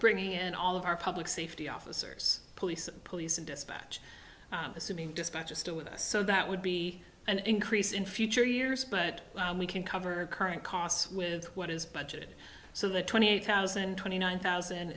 bringing in all of our public safety officers police and police and dispatch assuming dispatch is still with us so that would be an increase in future years but we can cover current costs with what is budget so the twenty eight thousand and twenty nine thousand